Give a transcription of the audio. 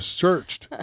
searched